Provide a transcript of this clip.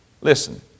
Listen